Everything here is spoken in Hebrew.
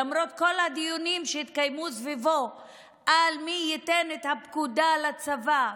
למרות כל הדיונים שהתקיימו סביבו על מי ייתן את הפקודה לצבא,